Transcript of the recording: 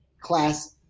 class –